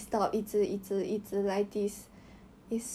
it was like F_M exam then after that